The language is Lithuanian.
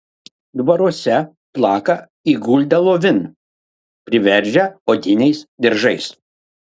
dvaruose plaka įguldę lovin priveržę odiniais diržais